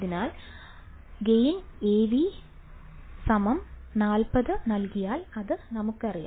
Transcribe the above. അതിനാൽ Av 40 നൽകിയാൽ അത് നമുക്കറിയാം